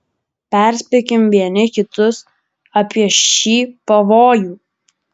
perspėkim vieni kitus apie šį pavojų